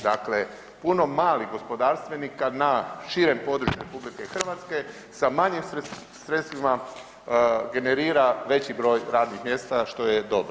Dakle, puno malih gospodarstvenika na širem području RH sa manjim sredstvima generira veći broj radnih mjesta što je dobro.